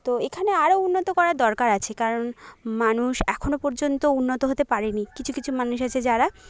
তো এখানে আরও উন্নত করার দরকার আছে কারণ মানুষ এখনও পর্যন্ত উন্নত হতে পারেনি কিছু কিছু মানুষ আছে যারা